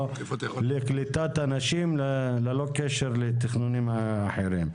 לקליטת אנשים ללא קשר לתכנונים אחרים.